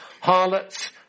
harlots